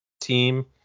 team